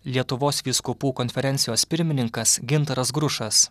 lietuvos vyskupų konferencijos pirmininkas gintaras grušas